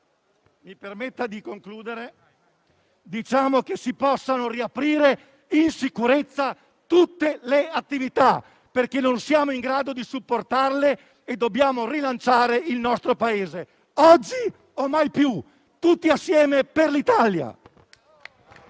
andare a trovare. Diciamo che si possono riaprire in sicurezza tutte le attività, perché non siamo in grado di supportarle e dobbiamo rilanciare il nostro Paese. Oggi o mai più, tutti assieme per l'Italia!